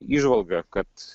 įžvalga kad